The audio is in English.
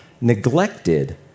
neglected